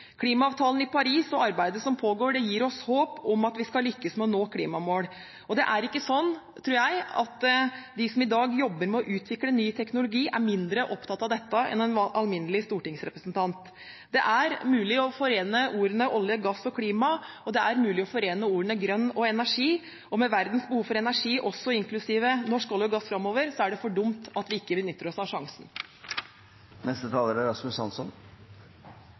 Klimaavtalen i Paris og arbeidet som pågår, gir oss håp om at vi skal lykkes med å nå klimamål. Og det er ikke slik, tror jeg, at de som i dag jobber med å utvikle ny teknologi, er mindre opptatt av dette enn en alminnelig stortingsrepresentant. Det er mulig å forene ordene «olje», «gass» og «klima», og det er mulig å forene ordene «grønn» og «energi». Med verdens behov for energi, inklusive norsk olje og gass, framover, er det for dumt at vi ikke benytter oss av sjansen.